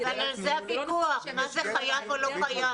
אבל על זה הוויכוח, מה זה חייב או לא חייב.